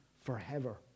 forever